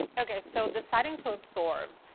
okay. so deciding to absorb.